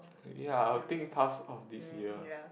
ye I would think past of this year